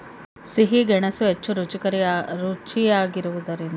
ಸಿಹಿ ಗೆಣಸು ಹೆಚ್ಚು ರುಚಿಯಾಗಿರುವುದರಿಂದ ಆದರೆ ಗೆಡ್ಡೆಯನ್ನು ಭೂಮಿಯಲ್ಲಿನ ಹುಳಗಳ ಬಾಧೆಯಿಂದ ತಪ್ಪಿಸಬೇಕು